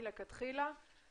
מלכתחילה.